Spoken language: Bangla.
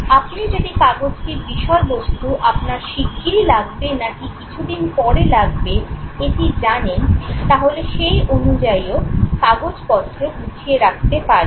আপনি যদি কাগজটির বিষয়বস্তু আপনার শিগগিরই লাগবে নাকি কিছুদিন পরে লাগবে এটি জানেন তাহলে সেই অনুযায়ীও কাগজপত্র গুছিয়ে রাখতে পারেন